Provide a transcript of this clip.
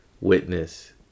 witness